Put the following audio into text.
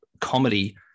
comedy